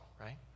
right